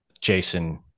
Jason